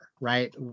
right